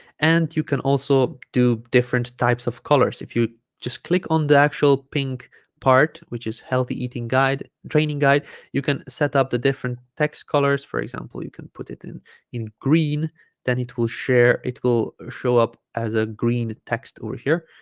and you can also do different types of colors if you just click on the actual pink part which is healthy eating guide training guide you can set up the different text colors for example you can put it in in green then it will share it will show up as a green text over here